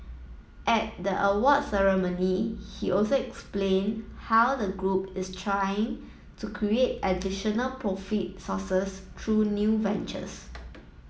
at the awards ceremony he also explained how the group is trying to create additional profit sources through new ventures